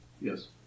Yes